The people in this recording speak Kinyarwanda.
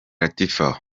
latifah